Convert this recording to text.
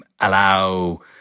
allow